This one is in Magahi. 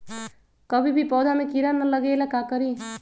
कभी भी पौधा में कीरा न लगे ये ला का करी?